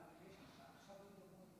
איתן גינזבורג, איננו באולם,